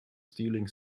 stealing